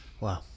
Wow